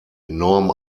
enorm